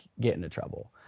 get into trouble.